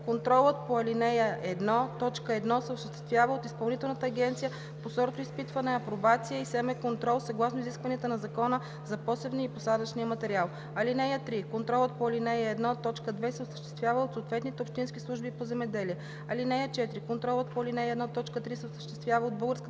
Контролът по ал. 1, т. 1 се осъществява от Изпълнителната агенция по сортоизпитване, апробация и семеконтрол съгласно изискванията на Закона за посевния и посадъчния материал. (3) Контролът по ал. 1, т. 2 се осъществява от съответните общински служби по земеделие. (4) Контролът по ал. 1, т. 3 се осъществява от Българската